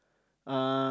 uh